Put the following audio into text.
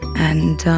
and